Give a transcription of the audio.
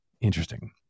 Interesting